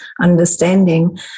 understanding